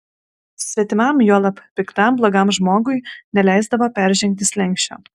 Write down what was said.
svetimam juolab piktam blogam žmogui neleisdavo peržengti slenksčio